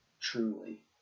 truly